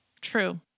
True